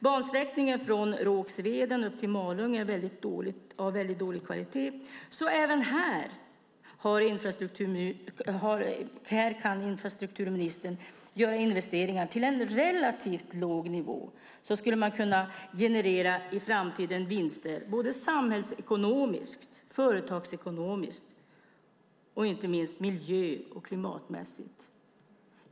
Bansträckningen från Rågsveden upp till Malung har väldigt dålig kvalitet så även här kan infrastrukturministern göra investeringar. Utifrån en relativt låg nivå skulle man kunna generera vinster i framtiden både samhällsekonomiskt och företagsekonomiskt, inte minst miljö och klimatmässigt.